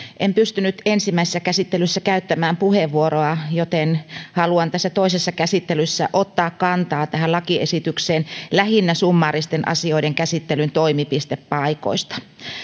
en pystynyt ensimmäisessä käsittelyssä käyttämään puheenvuoroa joten haluan tässä toisessa käsittelyssä ottaa kantaa tähän lakiesitykseen lähinnä summaaristen asioiden käsittelyn toimipistepaikoista